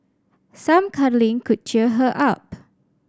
some cuddling could cheer her up